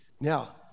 Now